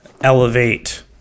elevate